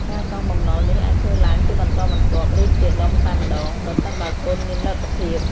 ការសងបំណុលនេះអាចធ្វើឡើងជាបន្តបន្ទាប់ ឬជាដុំតែម្ដង ប្រសិនបើកូនមានលទ្ធភាព។